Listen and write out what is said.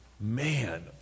man